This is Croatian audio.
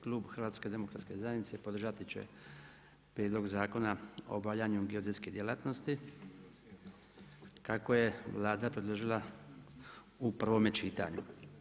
Kluba HDZ-a podržavati će Prijedlog Zakona o obavljanju geodetske djelatnosti, kako je Vlada predložila u prvome čitanju.